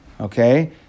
okay